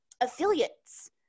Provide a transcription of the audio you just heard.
affiliates